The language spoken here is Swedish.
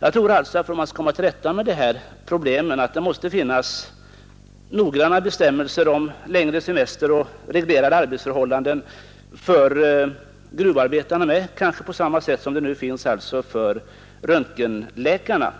Om man skall komma till rätta med det här problemet måste man således pröva möjligheten för längre semester och reglerade arbetsförhållanden för gruvarbetarna, kanske på samma sätt som det nu finns för röntgenläkarna.